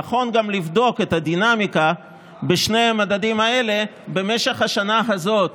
נכון גם לבדוק את הדינמיקה בשני המדדים האלה במשך השנה הזאת